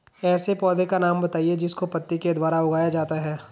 ऐसे पौधे का नाम बताइए जिसको पत्ती के द्वारा उगाया जाता है